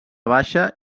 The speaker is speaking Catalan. baixa